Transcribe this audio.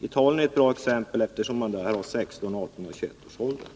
Italien är då ett bra exempel, eftersom det där finns gränser vid 16, 18 och 21 års ålder.